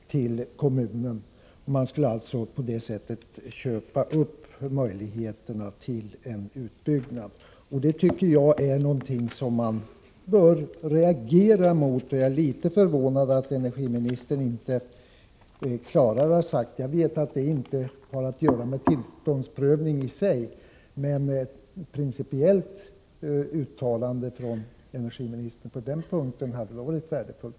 Man skulle alltså på det sättet köpa upp möjligheterna till en utbyggnad. Det tycker jag är någonting som man bör reagera mot, och jag är litet förvånad över att energiministern inte har sagt ifrån klarare. Jag vet att det inte har att göra med tillståndsprövningen i sig, men ett principiellt uttalande från energiministern på den punkten hade varit värdefullt.